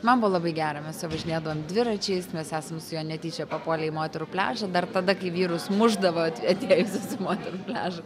man buvo labai gera mes su juo važinėdavom dviračiais mes esam su juo netyčia papuolę į moterų pliažą dar tada kai vyrus mušdavo at atėjusius į moterų pliažą